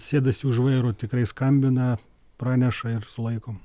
sėdasi už vairo tikrai skambina praneša ir sulaikom